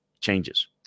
changes